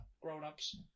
grown-ups